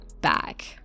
back